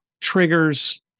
triggers